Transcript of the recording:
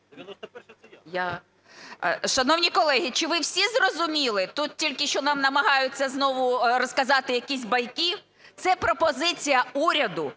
Шановні колеги, чи ви всі зрозуміли, тут тільки що нам намагаються знову розказати якісь байки. Це пропозиція уряду